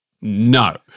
no